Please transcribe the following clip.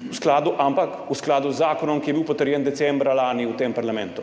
dolgotrajni, ampak v skladu z zakonom, ki je bil potrjen decembra lani v tem parlamentu.